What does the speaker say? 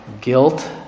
guilt